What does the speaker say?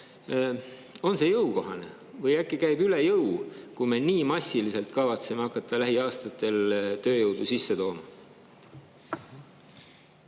on see jõukohane või äkki käib see üle jõu, kui me nii massiliselt kavatseme hakata lähiaastatel tööjõudu sisse tooma?